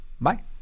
Bye